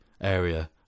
area